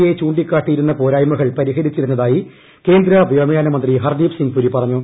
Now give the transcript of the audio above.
A ചൂണ്ടിക്കാട്ടിയിരുന്ന പോരായ്മകൾ പരിഹരിച്ചിരുന്നതായി കേന്ദ്ര വ്യോമയാന മന്ത്രി ഹർദീപ് സിംഗ് പുരി പറഞ്ഞു